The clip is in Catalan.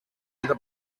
entra